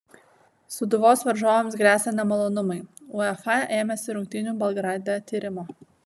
sūduvos varžovams gresia nemalonumai uefa ėmėsi rungtynių belgrade tyrimo